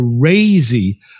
crazy